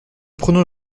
prenons